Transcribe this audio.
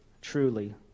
truly